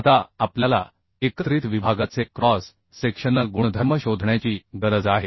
आता आपल्याला एकत्रित विभागाचे क्रॉस सेक्शनल गुणधर्म शोधण्याची गरज आहे